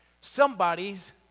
Somebody's